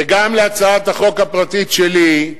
וגם בהצעת החוק הפרטית שלי,